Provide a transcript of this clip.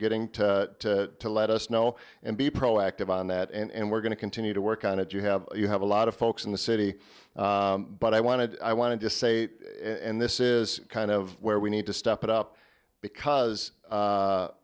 getting to let us know and be proactive on that and we're going to continue to work on it you have you have a lot of folks in the city but i wanted i wanted to say and this is kind of where we need to step it up because